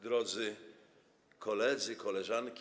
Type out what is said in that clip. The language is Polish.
Drodzy Koledzy i Koleżanki!